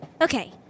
Okay